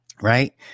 right